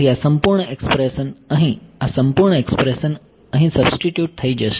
તેથી આ સંપૂર્ણ એક્સ્પ્રેશન અહીં આ સંપૂર્ણ એક્સ્પ્રેશન અહીં સબ્સ્ટીટ્યુટ થઇ જશે